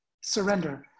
surrender